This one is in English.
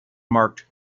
marked